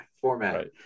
format